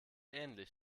ähnlich